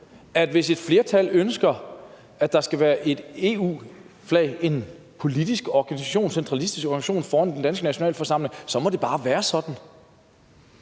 at hvis et flertal ønsker, at der skal være et EU-flag – et flag for en politisk organisation, en centralistisk organisation – foran den danske nationalforsamling, så må det bare være sådan.